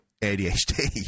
ADHD